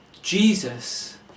Jesus